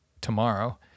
tomorrow